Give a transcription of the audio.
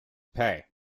pay